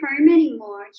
anymore